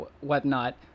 whatnot